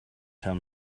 tell